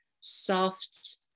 soft